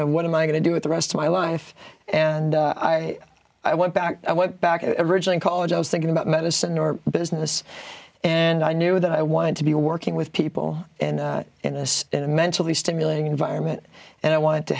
and what am i going to do with the rest of my life and i went back i went back to original college i was thinking about medicine or business and i knew that i wanted to be working with people in this mentally stimulating environment and i wanted to